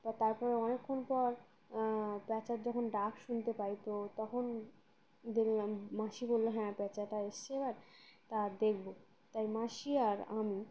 বা তারপরে অনেকক্ষণ পর প্যাঁচার যখন ডাক শুনতে পাই তো তখন দেখলাম মাসি বললো হ্যাঁ পেঁচাটা এসছে এবার তা দেখবো তাই মাসি আর আমি